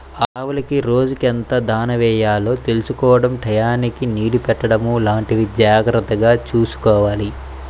ఆవులకు రోజుకెంత దాణా యెయ్యాలో తెలుసుకోడం టైయ్యానికి నీళ్ళు పెట్టడం లాంటివి జాగర్తగా చూసుకోవాలి